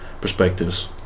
perspectives